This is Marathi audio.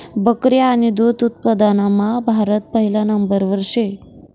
बकरी आणि दुध उत्पादनमा भारत पहिला नंबरवर शे